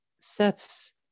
sets